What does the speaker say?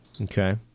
Okay